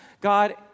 God